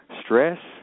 stress